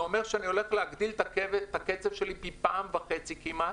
זה אומר שאני הולך להגדיל את הקצב שלי פי 1.5 כמעט